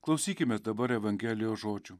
klausykimės dabar evangelijos žodžių